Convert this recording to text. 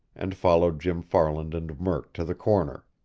and followed jim farland and murk to the corner.